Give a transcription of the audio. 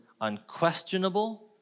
unquestionable